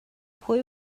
pwy